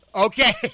Okay